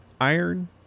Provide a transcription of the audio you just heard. iron